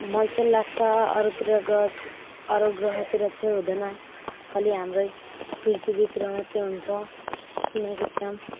मलाई चाहिँ लाग्छ अरूतिर ग अरू ग्रहहरूतिर चाहिँ हुँदैन खाली हाम्रै पृथ्वीतिर मात्रै हुन्छ किनकि त्यहाँ